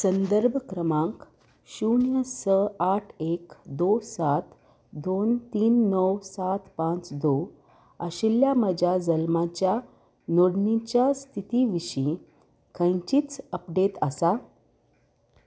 संदर्भ क्रमांक शुन्य स आठ एक दो सात दोन तीन णव सात पांच दो आशिल्ल्या म्हज्या जल्माच्या नोडणीच्या स्थिती विशीं खंयचीच अपडेट आसा